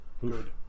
Good